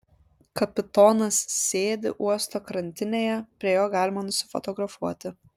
kapitonas sėdi uosto krantinėje prie jo galima nusifotografuoti